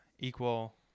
Equal